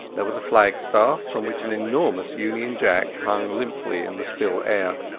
there was a flagstaff from which an enormous union jack hung limply in the still air.